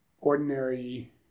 ordinary